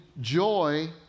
joy